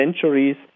centuries